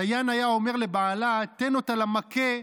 הדיין היה אומר לבעלה: תן אותה למכה,